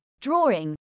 drawing